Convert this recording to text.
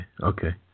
okay